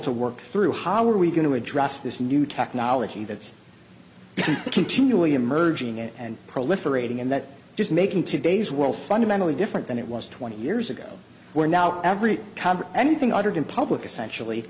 to work through how are we going to address this new technology that's been continually emerging and proliferating and that just making today's world fundamentally different than it was twenty years ago where now every convert anything uttered in public essentially